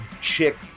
chick